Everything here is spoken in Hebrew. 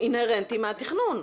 אינהרנטי מהתכנון.